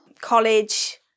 College